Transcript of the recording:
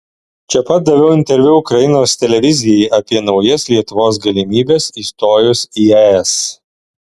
čia pat daviau interviu ukrainos televizijai apie naujas lietuvos galimybes įstojus į es